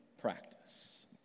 practice